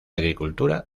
agricultura